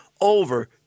over